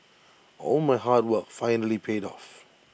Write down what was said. all my hard work finally paid off